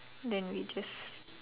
then we just